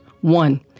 One